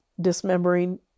dismembering